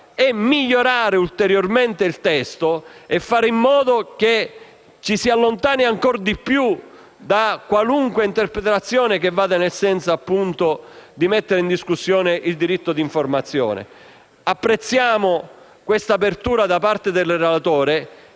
per migliorare ulteriormente il testo e fare in modo che ci si allontani ancora di più da qualunque interpretazione nel senso di mettere in discussione il diritto all'informazione. Apprezziamo quest'apertura da parte del relatore.